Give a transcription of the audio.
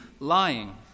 Lying